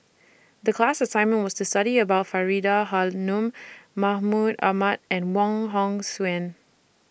The class assignment was to study about Faridah Hanum Mahmud Ahmad and Wong Hong Suen